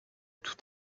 tout